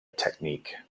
technique